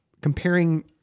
comparing